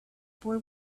boy